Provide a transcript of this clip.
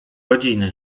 rodziny